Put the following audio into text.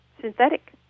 synthetic